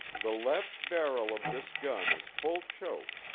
the left barrel of this gun is full choke,